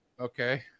Okay